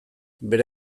bere